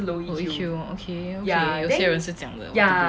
low E_Q okay okay 有些人是这样的我懂